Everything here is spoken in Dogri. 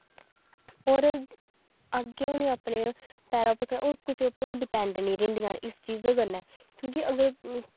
होर अग्गें उनें अपने पैरा उप्पर ओह् कुसै उप्पर ओह् डिपैंड नी रौंह्दियां न इस चीजें कन्नै क्योंकि अगर